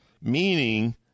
meaning